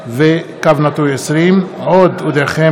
הנני מתכבד להודיעכם,